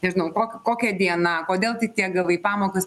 nežinau kok kokia diena kodėl tik kiek gavai pamokas